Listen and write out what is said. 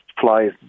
flies